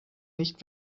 nicht